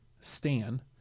Stan